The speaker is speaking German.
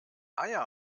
eier